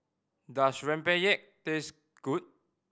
does rempeyek taste good